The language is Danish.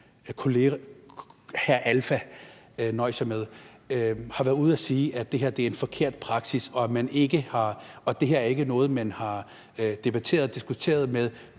– det nøjes jeg med – har været ude at sige, at det er en forkert praksis, og at det her ikke er noget, man har debatteret og diskuteret med